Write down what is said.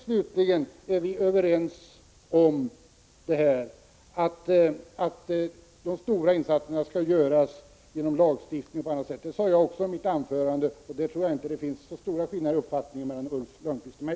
Slutligen: Vi är överens om att de stora insatserna skall göras genom lagstiftning och på annat sätt. Det sade jag i mitt anförande. På den punkten tror jag inte att det finns så stora skillnader i uppfattningen mellan Ulf Lönnqvist och mig.